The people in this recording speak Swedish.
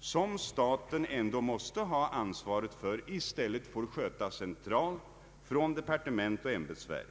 som staten ändå måste ha ansvaret för i stället får skötas centralt från departement och ämbetsverk.